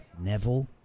Neville